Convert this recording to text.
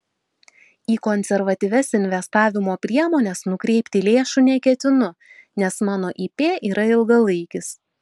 į konservatyvias investavimo priemones nukreipti lėšų neketinu nes mano ip yra ilgalaikis